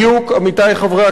עמיתי חברי הכנסת,